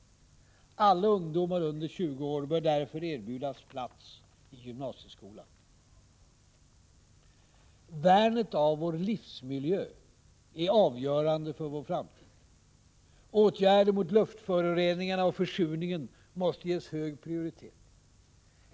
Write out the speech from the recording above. Alla ungdomar under 20 år bör därför erbjudas plats i gymnasieskolan. Värnet av vår livsmiljö är avgörande för vår framtid. Åtgärder mot luftföroreningarna och försurningen måste ges hög prioritet.